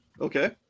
Okay